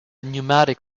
pneumatic